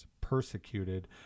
persecuted